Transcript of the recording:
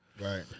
Right